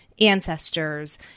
ancestors